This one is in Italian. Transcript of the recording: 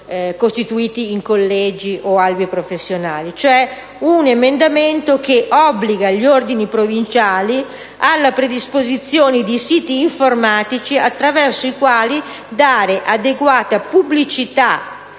costituiti in collegi o albi professionali. Mi riferisco all'emendamento che obbliga gli ordini provinciali alla predisposizione di siti informatici attraverso i quali dare adeguata pubblicità